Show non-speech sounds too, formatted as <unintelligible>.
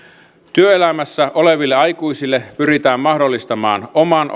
työelämässä oleville aikuisille pyritään mahdollistamaan oman <unintelligible>